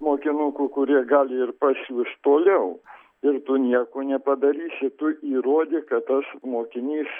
mokinukų kurie gali ir pasiųst toliau ir tu nieko nepadarysi tu įrodyk kad tas mokinys